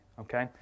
okay